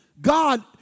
God